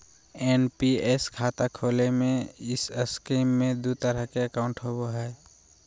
NPS खाता खोले में इस स्कीम में दू तरह के अकाउंट होबो हइ